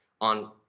on